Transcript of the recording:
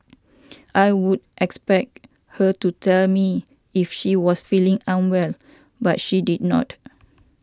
I would expect her to tell me if she was feeling unwell but she did not